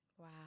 Wow